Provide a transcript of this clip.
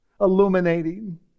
illuminating